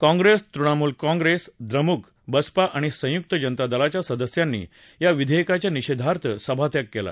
काँप्रेस तृणमूल काँप्रेस द्रमुक बसपा आणि संयुक्त जनता दलाच्या सदस्यांनी या विधेयकाच्या निषेधार्थ सभात्याग केला